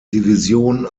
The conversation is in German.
division